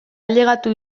ailegatu